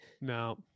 no